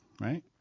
Right